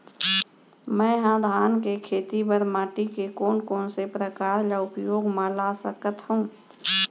मै ह धान के खेती बर माटी के कोन कोन से प्रकार ला उपयोग मा ला सकत हव?